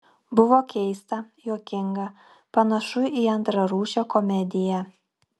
buvo keista juokinga panašu į antrarūšę komediją